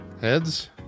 Heads